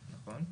נכון.